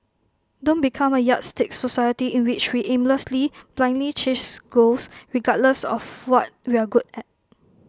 don't become A yardstick society in which we aimlessly blindly chase goals regardless of what we're good at